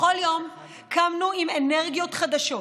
בכל יום קמנו עם אנרגיות חדשות,